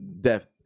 death